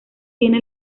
tiene